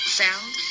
sound